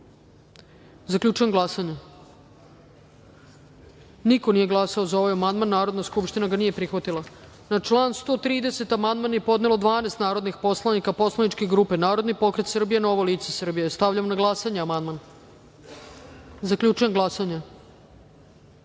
glasanje. Zaključujem glasanje: niko nije glasao za ovaj amandman. Narodna skupština ga nije prihvatila. Na član 116. amandman je podnelo 12 narodnih poslanika poslaničke grupe Narodni pokret Srbije-Novo lice Srbije. Stavljam na glasanje. Zaključujem glasanje: